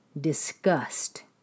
disgust